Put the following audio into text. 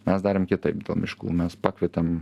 mes darėm kitaip miškų mes pakvietėm